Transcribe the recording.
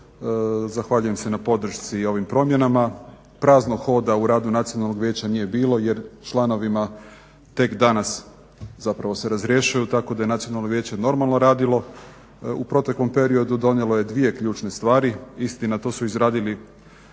Zahvaljujem se na podršci ovim promjenama. Praznog hoda u radu nacionalnog vijeća nije bilo jer članovima tek danas zapravo se razrješuju tako da je nacionalno vijeće normalno radilo. U proteklom periodu donijelo je dvije ključne stvari, istina to su izradili